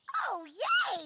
oh yay.